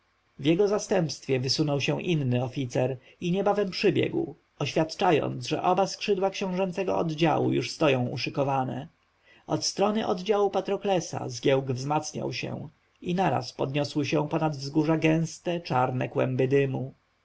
jego zastępstwie wysunął się inny oficer i niebawem przybiegł oświadczając że oba skrzydła książęcego oddziału już stoją uszykowane od strony oddziału patroklesa zgiełk wzmacniał się i naraz podniosły się nad wzgórza gęste czarne kłęby dymu